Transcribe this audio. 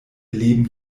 leben